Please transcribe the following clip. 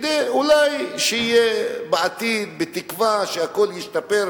בתקווה שאולי בעתיד הכול ישתפר.